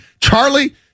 Charlie